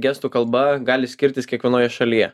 gestų kalba gali skirtis kiekvienoje šalyje